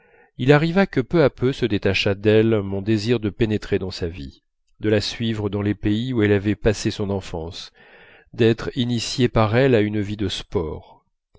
il arriva que peu à peu se détacha d'elle mon désir de pénétrer dans sa vie de la suivre dans les pays où elle avait passé son enfance d'être initié par elle à une vie de sport